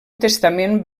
testament